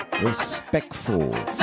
respectful